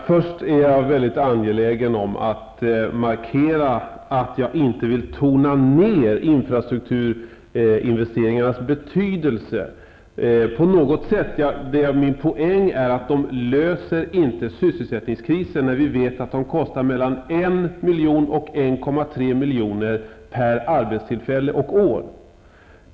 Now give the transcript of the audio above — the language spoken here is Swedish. Fru talman! Jag är väldigt angelägen om att först markera att jag inte på något sätt vill tona ned infrastrukturinvesteringarnas betydelse. Poängen är att de inte löser sysselsättningskrisen; vi vet att de kostar mellan 1 och 1,3 milj.kr. per arbetstillfälle och år.